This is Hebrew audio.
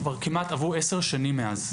עברו כבר כמעט עשר שנים מאז.